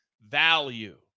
Value